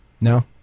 No